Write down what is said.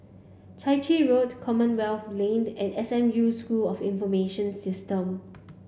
Chai Chee Road Commonwealth Lane and S M U School of Information Systems